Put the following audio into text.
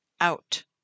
out